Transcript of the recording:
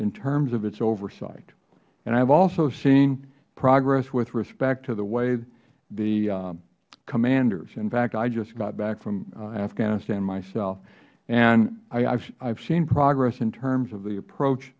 in terms of its oversight and i have also seen progress with respect to the way the commanders in fact i just got back from afghanistan myself and i have seen progress in terms of the approach